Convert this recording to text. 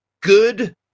good